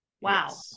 wow